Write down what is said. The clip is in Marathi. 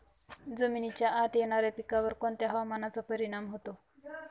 जमिनीच्या आत येणाऱ्या पिकांवर कोणत्या हवामानाचा परिणाम होतो?